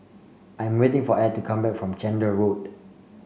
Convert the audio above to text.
I'm waiting for Ed to come back from Chander Road